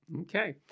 Okay